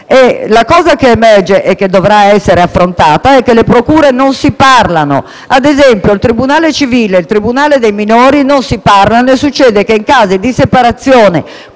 La cosa che emerge e che dovrà essere affrontata è che le procure non si parlano: ad esempio, il tribunale civile e il tribunale dei minori non si parlano e succede che, in casi di separazione